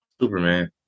Superman